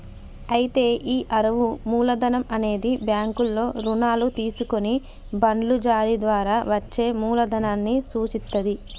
అయితే ఈ అరువు మూలధనం అనేది బ్యాంకుల్లో రుణాలు తీసుకొని బాండ్లు జారీ ద్వారా వచ్చే మూలదనాన్ని సూచిత్తది